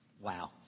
wow